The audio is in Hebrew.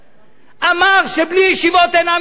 אמר שבלי ישיבות אין עם ישראל.